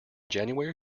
january